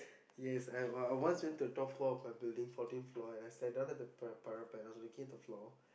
yes I I was went to the top floor of my building fourteen floor and I sat down on the parapet looking at the floor